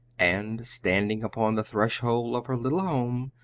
and, standing upon the threshold of her little home,